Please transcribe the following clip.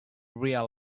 realize